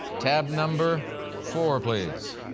tab number four, please.